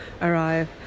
arrive